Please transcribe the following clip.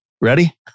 Ready